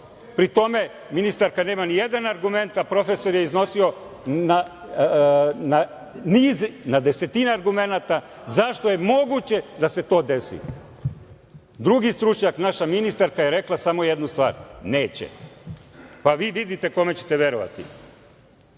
tome ministarka nema ni jedan argument, a profesor je iznosio na desetine argumenata zašto je moguće da se to desi. Drugi stručnjak naša ministarka je rekla samo jednu stvar, neće. Vi vidite kome ćete verovati. Stvar